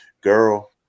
girl